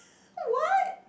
what